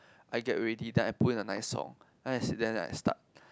I get ready then I put a nice song then I sit there and I start